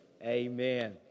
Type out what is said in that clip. Amen